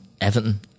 Everton